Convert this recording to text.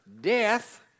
death